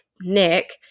Nick